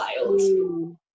wild